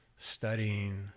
studying